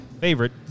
favorite